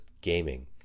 gaming